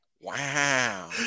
Wow